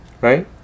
Right